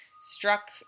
struck